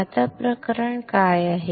आता प्रकरण काय आहे